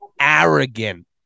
arrogant